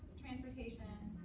transportation.